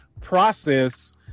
process